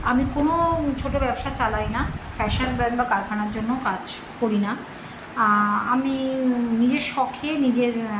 আমি কোনও ছোট ব্যবসা চালাই না ফ্যাশন ব্র্যাণ্ড বা কারখানার জন্য কাজ করি না আমি নিজের শখে নিজের